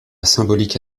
symbolique